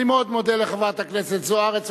אני מאוד מודה לחברת הכנסת זוארץ.